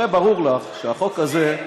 הרי ברור לך שהחוק הזה,